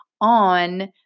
on